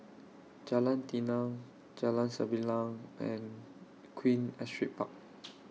Jalan Tenang Jalan Sembilang and Queen Astrid Park